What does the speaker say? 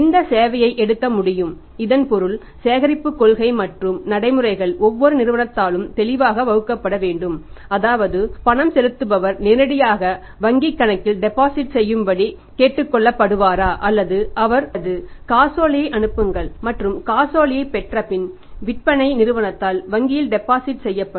இந்த சேவையை எடுக்க முடியும் இதன் பொருள் சேகரிப்பு கொள்கை மற்றும் நடைமுறைகள் ஒவ்வொரு நிறுவனத்தாலும் தெளிவாக வகுக்கப்பட வேண்டும் அதாவது பணம் செலுத்துபவர் நேரடியாக வங்கிக் கணக்கில் டெபாசிட் செய்யும்படி கேட்கப்படுவாரா அல்லது காசோலையை அனுப்புங்கள் மற்றும் காசோலையை பெற்றபின் விற்பனை நிறுவனத்தால் வங்கியில் டெபாசிட் செய்யப்படும்